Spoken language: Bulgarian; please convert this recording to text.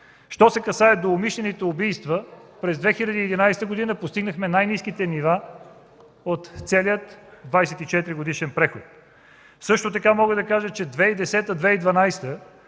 Що се касае до умишлените убийства, през 2011 г. постигнахме най-ниските нива от целия 24-годишен преход. Също така мога да кажа, че 2010-2012 г.